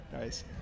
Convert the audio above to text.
Nice